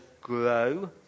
grow